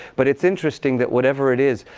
but it's interesting that, whatever it is,